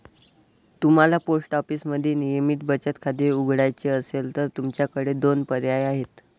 तुम्हाला पोस्ट ऑफिसमध्ये नियमित बचत खाते उघडायचे असेल तर तुमच्याकडे दोन पर्याय आहेत